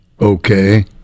Okay